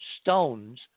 stones